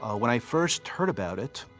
when i first heard about it,